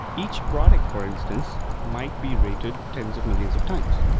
each product for instance might be rated tens of millions of times.